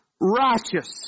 righteous